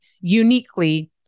uniquely